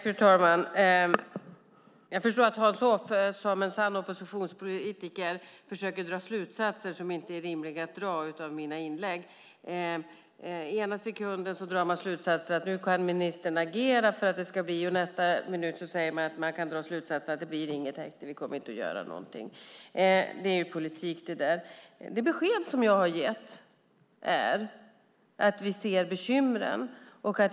Fru talman! Jag förstår att Hans Hoff som en sann oppositionspolitiker försöker att dra slutsatser som inte är rimliga att dra av mina inlägg. Ena sekunden drar man slutsatsen att ministern kan agera och i nästa minut drar man slutsatsen att det inte blir något häkte och att ingenting kommer att göras. Det är politik. Det besked jag har gett är att vi ser bekymren.